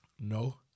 No